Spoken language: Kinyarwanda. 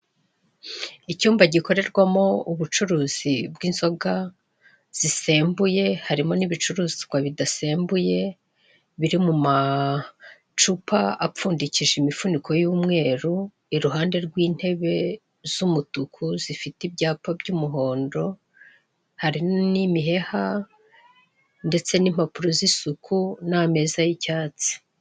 Icyumba gikorerwamo ubucuruzi bw'inzoga zisembuye, harimo n'ibicuruzwa bidasembuye biri mu macupa apfundilije imifuniko y'umweru. Iruhande rw'intebe z'umutuku zifiye ibyapa by'umuhondo. Hari n'imiheha ndetse n'impapuro z'isuku, n'ameza y'icyatsi.